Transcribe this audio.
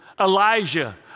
Elijah